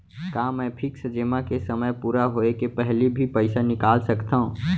का मैं फिक्स जेमा के समय पूरा होय के पहिली भी पइसा निकाल सकथव?